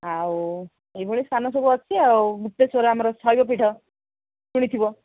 ଆଉ ଏଇଭଳି ସ୍ଥାନସବୁ ଅଛି ଆଉ ଗୁପ୍ତେଶ୍ୱର ଆମର ଶୈବ ପୀଠ ଶୁଣିଥିବ